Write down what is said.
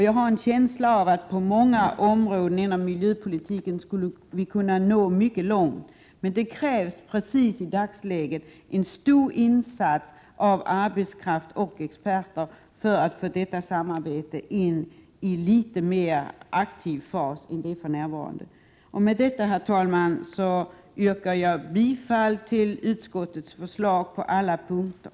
Jag har en känsla av att vi på många områden inom miljöpolitiken skulle kunna nå mycket långt. Men det krävs i dagsläget en stor insats av arbetskraft och experter för att detta samarbete skall bli litet mer aktivt än för närvarande. Med det anförda, herr talman, yrkar jag bifall till utskottets förslag på alla punkter.